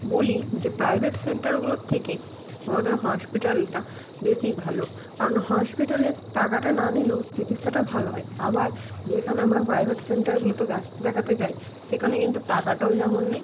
বলি যে প্রাইভেট সেন্টারগুলোর থেকে আমাদের হসপিটালটা বেশি ভালো কারণ হসপিটালে টাকাটা না নিলেও চিকিৎসাটা ভালো হয় আবার যেখানে আমরা প্রাইভেট সেন্টারগুলোতে ডাক্তার দেখাতে যাই সেখানে কিন্তু টাকাটাও যেমন নেয়